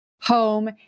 home